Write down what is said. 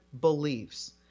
beliefs